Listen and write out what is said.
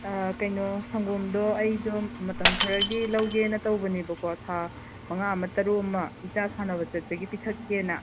ꯀꯩꯅꯣ ꯁꯪꯒꯣꯝꯗꯣ ꯑꯩꯗꯣ ꯃꯇꯝ ꯈꯔꯒꯤ ꯂꯧꯒꯦꯅ ꯇꯧꯕꯅꯦꯕꯀꯣ ꯊꯥ ꯃꯉꯥ ꯑꯃ ꯇꯔꯨꯛ ꯑꯃ ꯏꯆꯥ ꯁꯥꯟꯅꯕ ꯆꯠꯄꯒꯤ ꯄꯤꯊꯛꯀꯦꯅ